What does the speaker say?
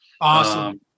Awesome